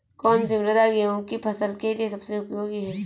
कौन सी मृदा गेहूँ की फसल के लिए सबसे उपयोगी है?